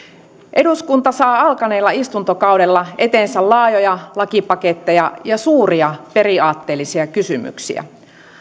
eduskunta saa alkaneella istuntokaudella eteensä laajoja lakipaketteja ja suuria periaatteellisia kysymyksiä